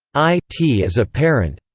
i t is apparent